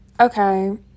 Okay